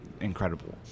incredible